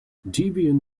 debian